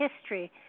history